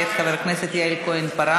מאת חברת הכנסת יעל כהן-פארן,